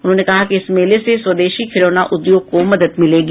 उन्होंने कहा कि इस मेले से स्वदेशी खिलौना उद्योग को मदद मिलेगी